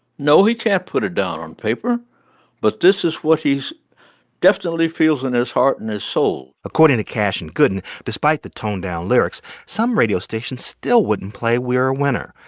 no, he can't put it down on paper but this is what he definitely feels in his heart and his soul according to cash and gooden, despite the toned down lyrics, some radio stations still wouldn't play we're a winner,